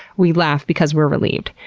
we laugh because we're relieved.